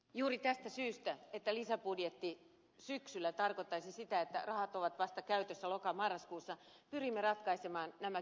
juuri tästä syystä että lisäbudjetti syksyllä tarkoittaisi sitä että rahat ovat käytössä vasta lokamarraskuussa pyrimme ratkaisemaan nämä kysymykset nyt